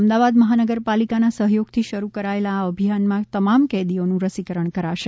અમદાવાદ મહાનગરપાલિકાના સહયોગથી શરૃ કરાયેલા આ અભિયાનમાં તમામ કેદીઓનું રસીકરણ કરાશે